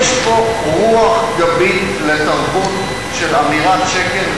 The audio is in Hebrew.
יש פה רוח גבית לתרבות של אמירה של שקר,